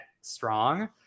strong